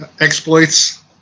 exploits